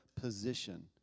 position